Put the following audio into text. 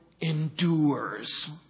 endures